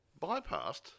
bypassed